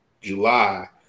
July